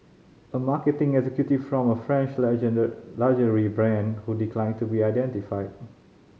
a marketing executive from a French luxury brand who declined to be identified